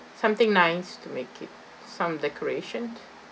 something nice to make it some decorations